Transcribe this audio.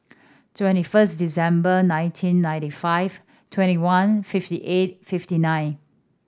twenty first December nineteen ninety five twenty one fifty eight fifty nine